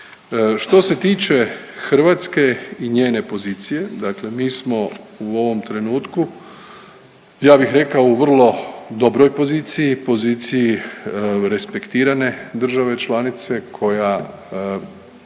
Što se tiče Hrvatske i njene pozicije, dakle mi smo u ovom trenutku ja bih rekao u vrlo dobroj poziciji, poziciji respektirane države članice koja